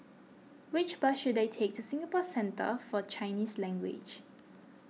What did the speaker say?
which bus should I take to Singapore Centre for Chinese Language